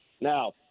Now